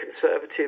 Conservative